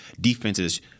defenses